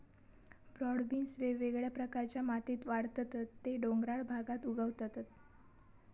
broad beans वेगवेगळ्या प्रकारच्या मातीत वाढतत ते डोंगराळ भागात उगवतत